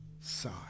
side